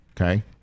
Okay